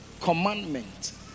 commandment